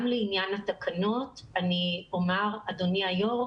גם לעניין התקנות אני אומר, אדוני היושב ראש,